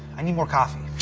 i need more coffee.